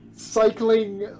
Cycling